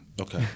Okay